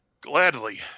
Gladly